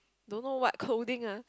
don't know what clothing ah